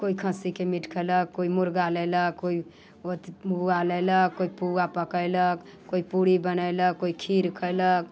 कोइ खस्सीके मीट खयलक कोइ मुर्गा लयलक कोइ लयलक कोयइ पुआ पकेलक कोइ पूरी बनेलक कोइ खीर खयलक